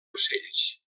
ocells